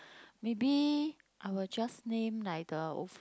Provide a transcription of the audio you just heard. maybe I will just name like the of